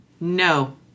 No